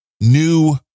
new